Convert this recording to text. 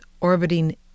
orbiting